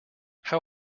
how